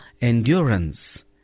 endurance